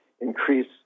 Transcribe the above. increase